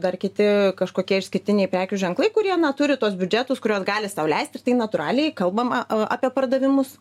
dar kiti kažkokie išskirtiniai prekių ženklai kurie na turi tuos biudžetus kuriuos gali sau leisti ir tai natūraliai kalbama apie pardavimus